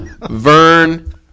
Vern